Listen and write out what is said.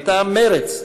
מטעם מרצ.